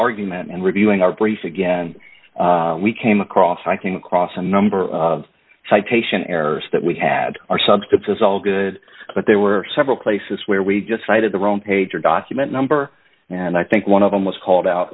argument and reviewing our brief again we came across i came across a number of citation errors that we had our substances all good but there were several places where we just cited the wrong page or document number and i think one of them was called out